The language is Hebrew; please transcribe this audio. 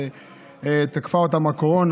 שתקפה אותם הקורונה,